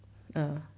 uh